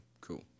Cool